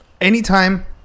anytime